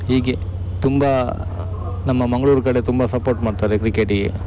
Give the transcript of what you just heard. ಹೀಗೆ ತುಂಬ ನಮ್ಮ ಮಂಗಳೂರು ಕಡೆ ತುಂಬ ಸಪೋರ್ಟ್ ಮಾಡ್ತಾರೆ ಕ್ರಿಕೆಟಿಗೆ